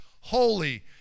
holy